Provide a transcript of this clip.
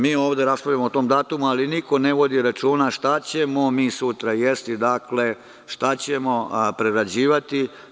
Mi ovde raspravljamo o tom datumu, ali niko ne vodi računa šta ćemo mi sutra jesti, šta ćemo prerađivati.